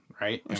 Right